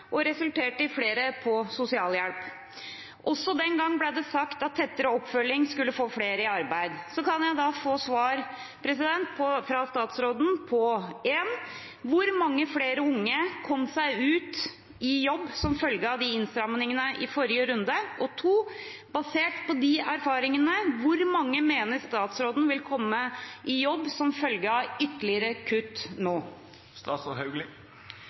det resulterte i flere på sosialhjelp. Også den gang ble det sagt at tettere oppfølging skulle få flere i arbeid. Kan jeg da få svar fra statsråden på: Hvor mange flere unge kom seg ut i jobb som følge av innstrammingene i forrige runde? Basert på de erfaringene, hvor mange mener statsråden vil komme i jobb som følge av ytterligere kutt nå?